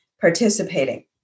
participating